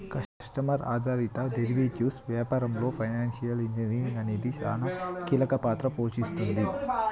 customer ఆధారిత derivatives వ్యాపారంలో financial engineering అనేది సానా కీలక పాత్ర పోషిస్తుంది